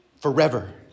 forever